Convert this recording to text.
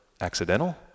accidental